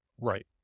Right